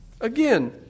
Again